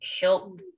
help